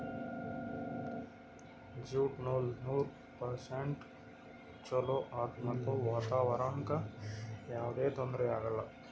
jute ನೂಲ್ ನೂರ್ percent ಚೊಲೋ ಆದ್ ಮತ್ತ್ ವಾತಾವರಣ್ಕ್ ಯಾವದೇ ತೊಂದ್ರಿ ಆಗಲ್ಲ